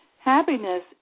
happiness